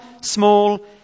small